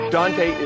Dante